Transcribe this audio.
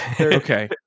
okay